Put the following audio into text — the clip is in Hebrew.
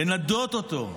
לנדות אותו,